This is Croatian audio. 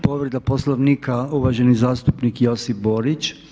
povreda Poslovnika uvaženi zastupnik Josip Borić.